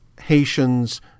Haitians